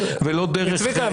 צביקה,